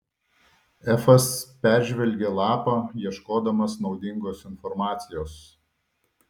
efas peržvelgė lapą ieškodamas naudingos informacijos